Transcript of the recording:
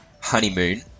Honeymoon